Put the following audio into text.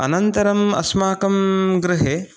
अनन्तरम् अस्माकं गृहे